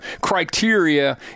criteria